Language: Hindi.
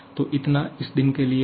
तो इतना इस दिन के लिए है